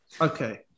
okay